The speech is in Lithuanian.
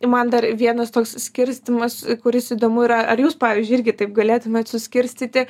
man dar vienas toks skirstymas kuris įdomu yra ar jūs pavyzdžiui irgi taip galėtumėt suskirstyti